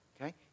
okay